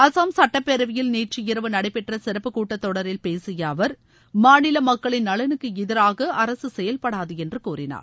அசாம் சுட்டப்பேரவையில் நேற்று இரவு நடைபெற்ற சிறப்பு கூட்டத் தொடரில் பேசிய அவர் மாநில மக்களின் நலனுக்கு எதிராக அரசு செயல்படாது என்று கூறினார்